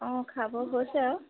অঁ খাব হৈছে আৰু